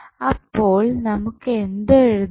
അപ്പോൾ നമുക്ക് എന്ത് എഴുതാം